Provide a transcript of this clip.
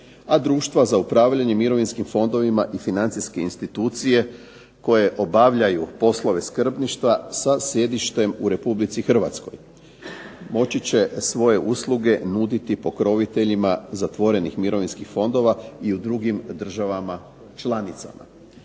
a društva za upravljanje mirovinskim fondovima i financijske institucije koje obavljaju poslove skrbništva sa sjedištem u Republici Hrvatskoj moći će svoje usluge nuditi pokroviteljima zatvorenih mirovinskih fondova i u drugim državama članicama.